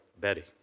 Betty